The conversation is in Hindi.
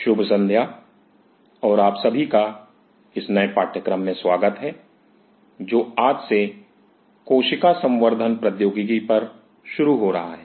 शुभ संध्या और आप सभी का इस नए पाठ्यक्रम में स्वागत है जो आज से कोशिका संवर्धन प्रौद्योगिकी पर शुरू हो रहा है